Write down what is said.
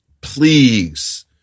please